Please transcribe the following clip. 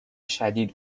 شدید